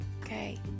Okay